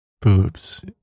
Boobs